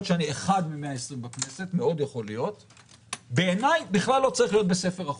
שאני 1 מ-120 בכנסת לא צריך להיות בכלל בספר החוקים.